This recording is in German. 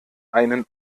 einen